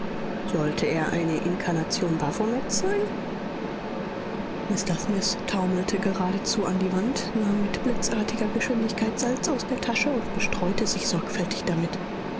sollte er eine inkarnation baphomets sein mr smith taumelte geradezu an die wand nahm mit blitzartiger geschwindigkeit salz aus der tasche und bestreute sich sorgfältig damit